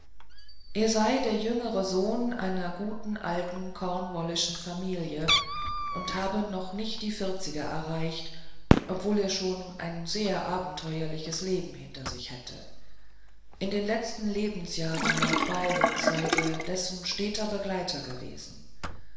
er sei der jüngere sohn einer guten alten cornwallischen familie und habe noch nicht die vierziger erreicht obwohl er schon ein sehr abenteuerliches leben hinter sich hätte in den letzten lebensjahren lord byrons sei er dessen steter begleiter gewesen